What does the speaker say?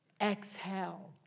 Exhale